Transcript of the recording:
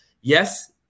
yes